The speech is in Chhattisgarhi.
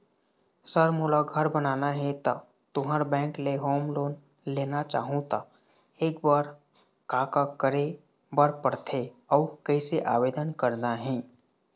सर मोला घर बनाना हे ता तुंहर बैंक ले होम लोन लेना चाहूँ ता एकर बर का का करे बर पड़थे अउ कइसे आवेदन करना हे?